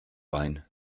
line